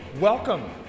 Welcome